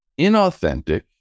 inauthentic